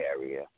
area